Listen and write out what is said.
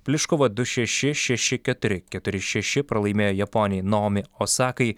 pliškova du šeši šeši keturi keturi šeši pralaimėjo japonei naomi osakai